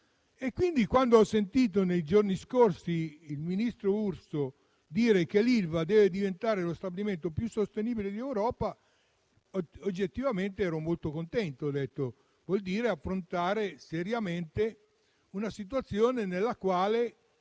quando ho sentito, nei giorni scorsi, il ministro Urso dire che l'Ilva deve diventare lo stabilimento più sostenibile d'Europa, oggettivamente ero molto contento, pensando che significasse affrontare seriamente una situazione che ha